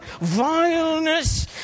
vileness